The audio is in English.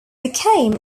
became